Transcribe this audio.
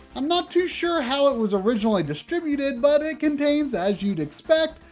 i'm not too sure how it was originally distributed, but it contains, as you'd expect,